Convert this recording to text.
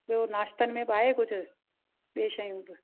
ॿियो नाश्तन में बि आहे कुझु ॿिए शयूं बि